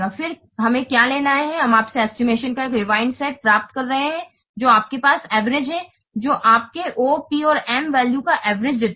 फिर हमें क्या लेना है हम आपसे एस्टिमेशन का एक रिवाइज्ड सेट रिवाइज्ड set प्राप्त कर रहे हैं जो आपके पास average है जो आपको O M और P वैल्यू का एवरेज देता है